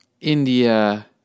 India